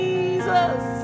Jesus